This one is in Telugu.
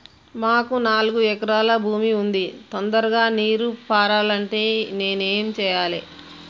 మాకు నాలుగు ఎకరాల భూమి ఉంది, తొందరగా నీరు పారాలంటే నేను ఏం చెయ్యాలే?